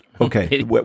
okay